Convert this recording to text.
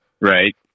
right